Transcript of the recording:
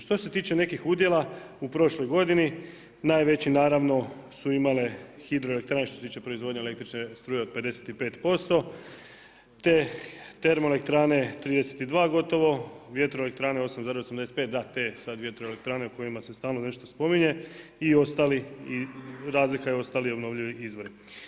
Što se tiče nekih udjela u prošloj godini, najveći naravno su imale hidroelektrane, što se tiče proizvodnje električne struje od 55%, te termoelektrane 32 gotovo, vjetroelektrane … te sad vjetroelektrane o kojima se stalno nešto spominje i ostalih, razlika je ostali obnovljivi izvori.